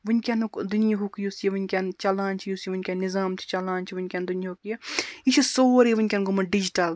وٕنکٮ۪نُک دُنیاہُک یُس یہِ وٕنکٮ۪ن چَلان چھُ یُس یہِ وٕنکٮ۪ن نِظام چھُ چَلان چھُ وٕنکٮ۪ن دُنہُک یہِ یہِ چھُ سورُے وٕنکٮ۪ن گوٚمُت ڈِجٹَل